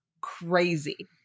crazy